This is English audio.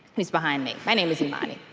he's behind me. my name is imani.